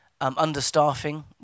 Understaffing